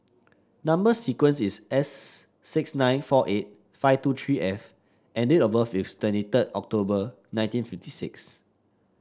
number sequence is S six nine four eight five two three F and date of birth is twenty third October nineteen fifty six